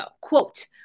Quote